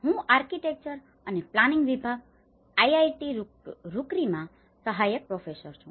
હું આર્કિટેક્ચર અને પ્લાનિંગ વિભાગ આઈઆઈટી રૂરકીમાં સહાયક પ્રોફેસર છું